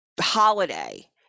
holiday